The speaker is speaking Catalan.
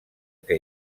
que